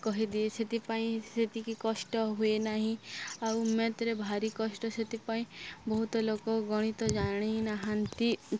କହିଦିଏ ସେଥିପାଇଁ ସେତିକି କଷ୍ଟ ହୁଏ ନାହିଁ ଆଉ ମ୍ୟାଥରେ ଭାରି କଷ୍ଟ ସେଥିପାଇଁ ବହୁତ ଲୋକ ଗଣିତ ଜାଣିନାହାନ୍ତି